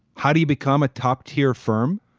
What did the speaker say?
how do you become a top tier firm?